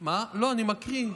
לא, אני מקריא.